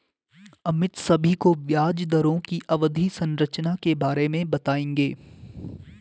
अमित सभी को ब्याज दरों की अवधि संरचना के बारे में बताएंगे